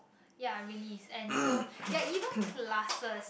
ya really and so that even classes